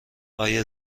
آیا